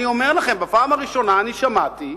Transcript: אני אומר לכם: בפעם הראשונה אני שמעתי,